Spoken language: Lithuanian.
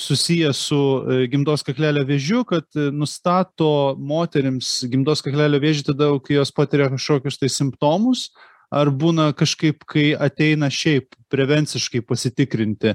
susiję su gimdos kaklelio vėžiu kad nustato moterims gimdos kaklelio vėžį tada kai jos patiria kašokius tai simptomus ar būna kažkaip kai ateina šiaip prevenciškai pasitikrinti